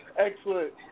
Excellent